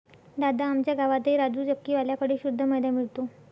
दादा, आमच्या गावातही राजू चक्की वाल्या कड़े शुद्ध मैदा मिळतो